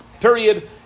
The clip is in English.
Period